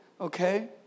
okay